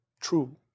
true